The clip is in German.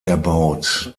erbaut